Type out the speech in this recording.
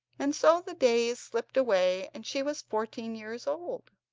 and so the days slipped away, and she was fourteen years old.